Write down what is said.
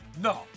No